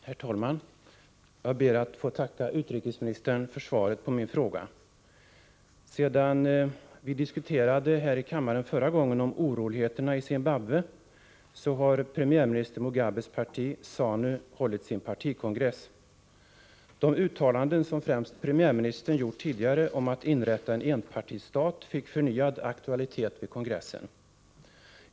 Herr talman! Jag ber att få tacka utrikesministern för svaret på min fråga. Sedan vi diskuterade här i kammaren förra gången om oroligheterna i Zimbabwe har premiärminister Mugabes parti ZANU hållit sin partikongress. De uttalanden som främst premiärministern gjort tidigare om att inrätta en enpartistat fick förnyad aktualitet vid kongressen.